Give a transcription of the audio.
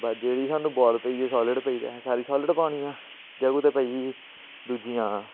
बस जेह्ड़ी सानूं बाल पेई ऐ सालिड पेई गेदी ऐ सारी सालिड पानी ऐ जे कुतै पेई गेई दूजियां